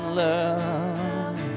love